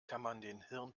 hirntumor